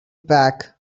back